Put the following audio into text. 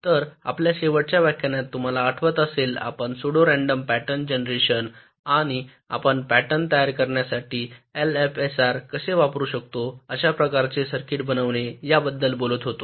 तर आपल्या शेवटच्या व्याख्यानात तुम्हाला आठवत असेल आपण सुडो रँडम पॅटर्न जेनेशन आणि आपण पॅटर्न तयार करण्यासाठी एलएफएसआर कसे वापरू शकतो अशा प्रकारचे सर्किट्स बनवणे या बद्दल बोलत होतो